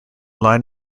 line